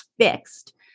fixed